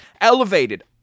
elevated